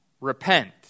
Repent